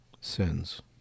sins